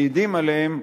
מעידים עליהם,